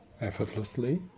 effortlessly